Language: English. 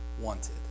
wanted